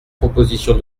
proposition